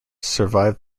survived